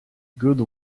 good